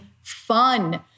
fun